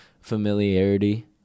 familiarity